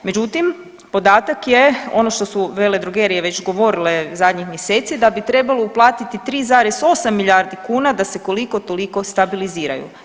Međutim, podatak je ono što su veledrogerije već govorile zadnjih mjeseci da bi trebalo uplatiti 3,8 milijardi kuna da se koliko toliko stabiliziraju.